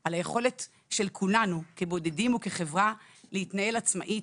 על היכולת של כולנו כבודדים וכחברה להתנהל עצמאית,